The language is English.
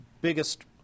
biggest